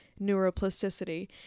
neuroplasticity